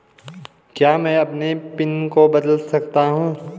क्या मैं अपने पिन को बदल सकता हूँ?